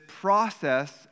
process